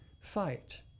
fight